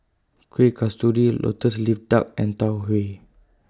Kueh Kasturi Lotus Leaf Duck and Tau Huay